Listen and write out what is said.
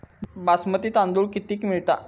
बासमती तांदूळ कितीक मिळता?